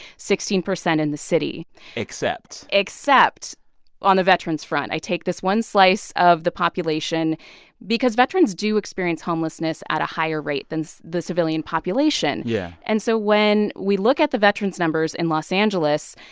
sixteen percent in the city except. except on the veterans front. i take this one slice of the population because veterans do experience homelessness at a higher rate than so the civilian population yeah and so when we look at the veterans numbers in los angeles,